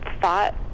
thought